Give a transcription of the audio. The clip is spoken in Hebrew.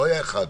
לא היה אחד.